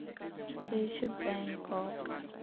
بیٚیہِ چھُ بٮ۪نٛکاک